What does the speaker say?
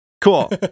cool